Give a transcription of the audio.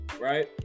Right